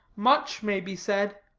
much may be said.